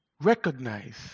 recognize